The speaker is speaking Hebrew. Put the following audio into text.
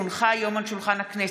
כי הונחו היום על שולחן הכנסת,